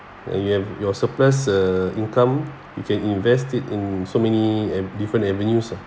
and you have your surplus uh income you can invest it in so many different avenues lah